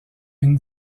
une